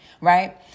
Right